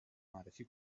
معرفی